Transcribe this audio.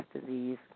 disease